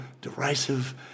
derisive